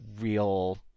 real